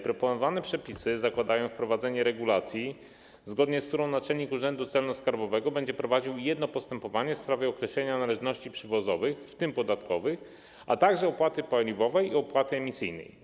Proponowane przepisy zakładają wprowadzenie regulacji, zgodnie z którą naczelnik urzędu celno-skarbowego będzie prowadził jedno postępowanie w sprawie określenia należności przywozowych, w tym podatkowych, a także opłaty paliwowej i opłaty emisyjnej.